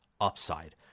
upside